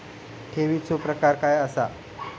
ठेवीचो प्रकार काय असा?